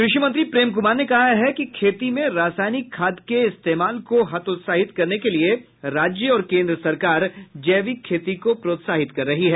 कृषि मंत्री प्रेम कुमार ने कहा है कि खेती में रासायिक खाद के इस्तेमाल को हतोत्साहित करने के लिये राज्य और केन्द्र सरकार जैविक खेती को प्रोत्साहित कर रही है